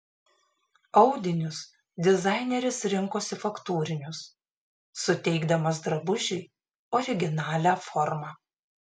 audinius dizaineris rinkosi faktūrinius suteikdamas drabužiui originalią formą